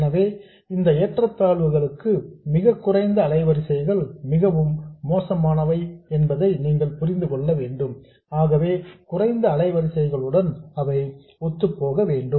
எனவே இந்த ஏற்றத்தாழ்வுகளுக்கு மிக குறைந்த அலைவரிசைகள் மிகவும் மோசமானவை என்பதை நீங்கள் புரிந்து கொள்ள வேண்டும் ஆகவே குறைந்த அலைவரிசைகளுடன் அவை ஒத்துப்போக வேண்டும்